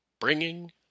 bringing